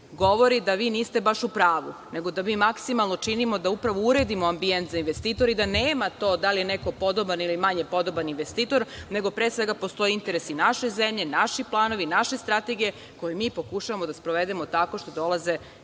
govori da vi niste baš u pravu, nego da mi maksimalno činimo da upravo uredimo ambijent za investitore i da nema to da li je neko podoban ili je manje podoban investitor, nego pre svega postoje interesi naše zemlje, naši planovi, naše strategije koje mi pokušavamo da sprovedemo tako što dolaze investitori